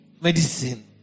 Medicine